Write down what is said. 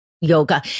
yoga